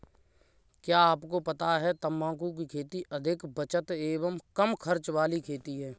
क्या आपको पता है तम्बाकू की खेती अधिक बचत एवं कम खर्च वाली खेती है?